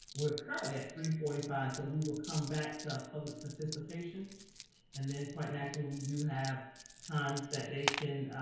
we're currently at three forty five. so we will come back to ah public participation and then quite natural. we do have times that they can